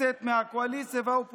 היא מבקשת להתנגד.